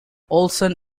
olsen